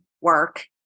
work